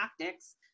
tactics